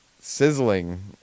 sizzling